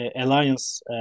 alliance